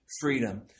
freedom